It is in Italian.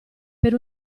per